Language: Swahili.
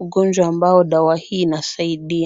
ugonjwa ambao dawa hii inasaidia.